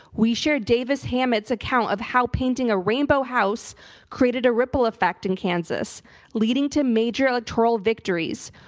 we shared davis hammett's account of how painting a rainbow house created a ripple effect in kansas leading to major electoral victories.